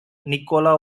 nikola